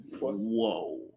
Whoa